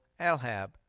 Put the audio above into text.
Alhab